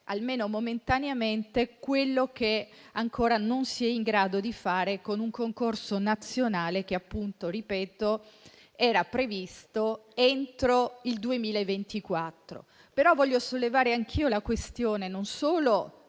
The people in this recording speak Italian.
almeno momentaneamente quello che ancora non si è in grado di fare con un concorso nazionale, che - lo ripeto - era previsto entro il 2024. Voglio sollevare anche io la questione dei